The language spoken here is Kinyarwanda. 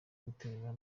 guterura